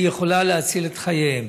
יכולה להציל את חייהם.